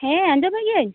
ᱦᱮᱸ ᱟᱸᱡᱚᱢᱮᱫ ᱜᱮᱭᱟᱹᱧ